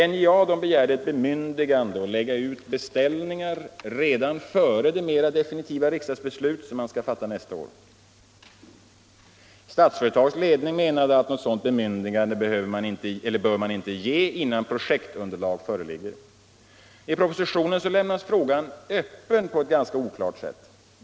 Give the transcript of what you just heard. NJA begär ett bemyndigande att lägga ut beställningar redan före det mer definitiva riksdagsbeslut som skall fattas nästa år. Statsföretags ledning menar att något sådant bemyndigande inte bör ges innan projektunderlag föreligger. I propositionen lämnas frågan öppen på ett ganska oklart sätt.